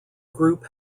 group